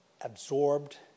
absorbed